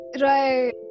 right